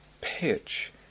pitch